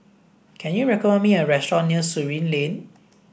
can you recall me a restaurant near Surin Lane